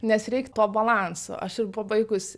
nes reik to balanso aš ir pabaigus